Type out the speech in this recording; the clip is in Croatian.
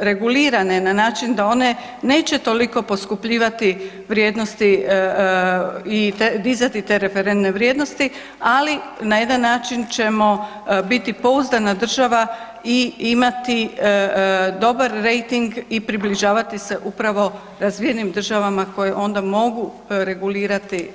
regulirane na način da one neće toliko poskupljivati vrijednosti i dizati te referentne vrijednosti ali na jedan način ćemo biti pouzdana država i imati dobar rejting i približavati se upravo razvijenim državama koje onda mogu regulirati